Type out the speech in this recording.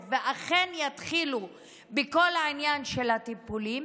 ואכן יתחילו בכל העניין של הטיפולים,